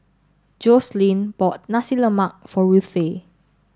Joslyn bought Nasi Lemak for Ruthe